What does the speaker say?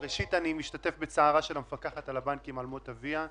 ראשית אני משתתף בצערה של המפקחת על הבנקים על מות אביה.